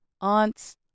aunts